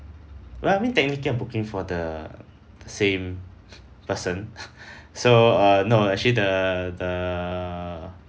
well I mean technically I'm booking for the same person so err no actually the the